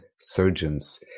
surgeons